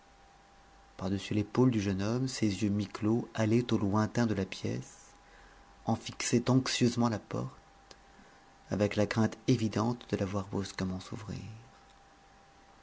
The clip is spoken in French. par-dessus l'épaule du jeune homme ses yeux mi-clos allaient aux lointains de la pièce en fixaient anxieusement la porte avec la crainte évidente de la voir brusquement s'ouvrir